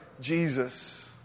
Jesus